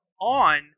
on